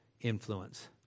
influence